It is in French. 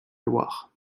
loire